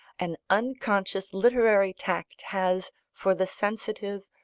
an unconscious literary tact has, for the sensitive,